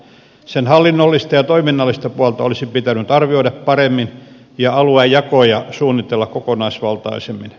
sen hallinnollista ja toiminnallista puolta olisi pitänyt arvioida paremmin ja aluejakoja suunnitella kokonaisvaltaisemmin